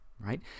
right